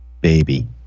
baby